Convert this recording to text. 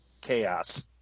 chaos